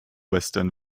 western